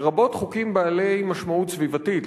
לרבות חוקים בעלי משמעות סביבתית,